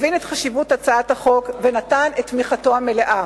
הבין את חשיבות הצעת החוק ונתן את תמיכתו המלאה.